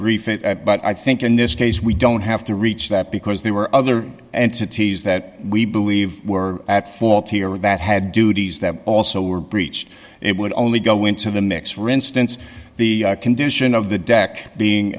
brief it but i think in this case we don't have to reach that because there were other entities that we believe were at fault here with that had duties that also were breached it would only go into the mix for instance the condition of the deck being